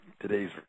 today's